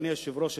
אדוני היושב-ראש,